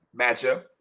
matchup